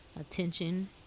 attention